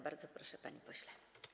Bardzo proszę, panie pośle.